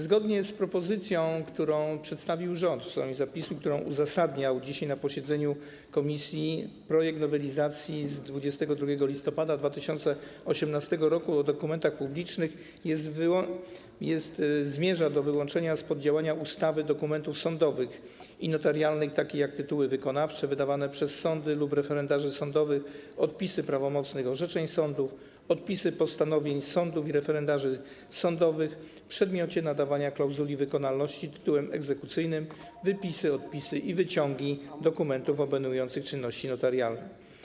Zgodnie z propozycją, którą przedstawił rząd w sprawie zapisu, którą uzasadniał dzisiaj na posiedzeniu komisji, projekt nowelizacji ustawy z 22 listopada 2018 r. o dokumentach publicznych zmierza do wyłączenia spod działania ustawy dokumentów sądowych i notarialnych, takich jak tytuły wykonawcze wydawane przez sądy lub referendarzy sądowych, odpisy prawomocnych orzeczeń sądów, odpisy postanowień sądów i referendarzy sądowych w przedmiocie nadania klauzuli wykonalności tytułom egzekucyjnym, wypisy, odpisy i wyciągi dokumentów obejmujących czynności notarialne.